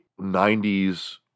90s